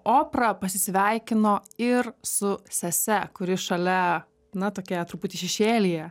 opra pasisveikino ir su sese kuri šalia na tokia truputį šešėlyje